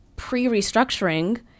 pre-restructuring